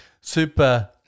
super